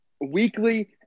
weekly